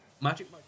Magic